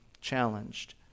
challenged